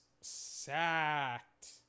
sacked